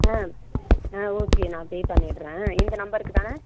ஆ ஆ ஓகே நான் பே பண்ணிடுறேன் இந்த நம்பருக்கு தானே